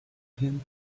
him